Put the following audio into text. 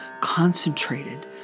concentrated